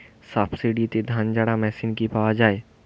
সাবসিডিতে ধানঝাড়া মেশিন কি পাওয়া য়ায়?